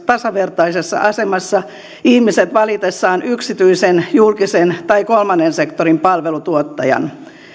tasavertaisessa asemassa valitessaan yksityisen julkisen tai kolmannen sektorin palvelutuottajan